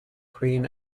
queen